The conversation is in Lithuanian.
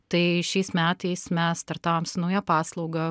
tai šiais metais mes startavom su nauja paslauga